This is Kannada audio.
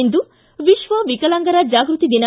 ಇಂದು ವಿಶ್ವ ವಿಕಲಾಂಗಚೇತನರ ಜಾಗೃತಿ ದಿನ